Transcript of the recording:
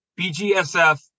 BGSF